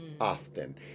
often